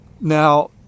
Now